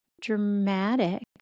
dramatic